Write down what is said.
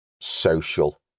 social